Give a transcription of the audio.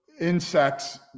insects